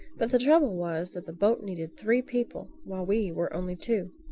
but the trouble was that the boat needed three people, while we were only two.